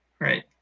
right